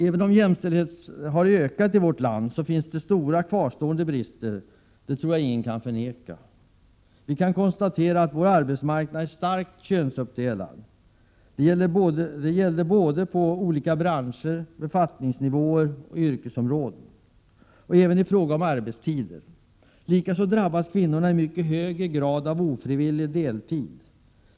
Även om jämställdheten har ökat i vårt land finns det stora kvarstående brister. Det tror jag ingen kan förneka. Vi kan konstatera att vår arbetsmarknad är starkt könsuppdelad. Det gäller både på olika branscher, befattningsnivåer och yrkesområden, och även i fråga om arbetstider. Likaså drabbas kvinnor i mycket högre grad än män av ofrivillig deltid.